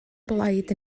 blaid